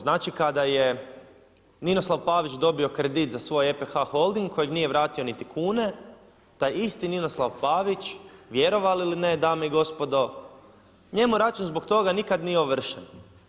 Znači kada je Ninooslav Pavić dobio kredit za svoj EPH Holding kojeg nije vratio niti kune, taj isti Ninoslav Pavić, vjerovali ili ne dame i gospodo njemu račun zbog toga nikada nije ovršen.